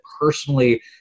Personally